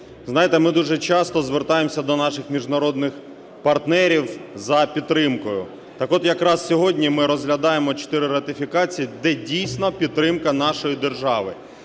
знаєте, ми дуже часто звертаємося до наших міжнародних партнерів за підтримкою. Так от якраз сьогодні ми розглядаємо чотири ратифікації, де дійсно підтримка нашої держави.